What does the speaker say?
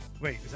Wait